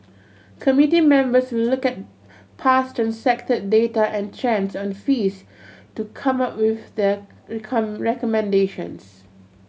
committee members will look at past transacted data and trends on fees to come up with their recommendations